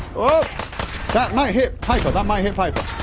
oh that might hit piper, that might hit piper